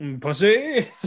Pussy